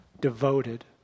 devoted